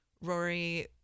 Rory